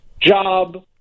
job